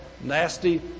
nasty